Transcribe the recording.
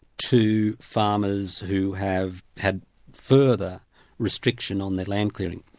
to farmers who have had further restriction on their land clearing.